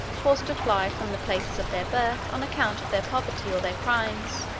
forced to fly from the places of their birth on account of their poverty or their crimes.